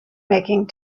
making